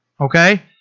Okay